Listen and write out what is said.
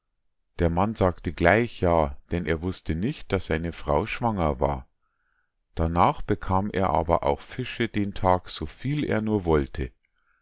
der mann sagte gleich ja denn er wußte nicht daß seine frau schwanger war darnach bekam er aber auch fische den tag so viel er nur wollte